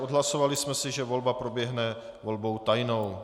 Odhlasovali jsme si, že volba proběhne volbou tajnou.